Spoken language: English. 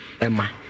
Emma